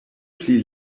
pli